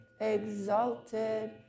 exalted